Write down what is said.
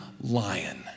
lion